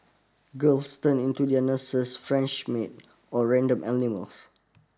girls turn into their nurses French maid or random animals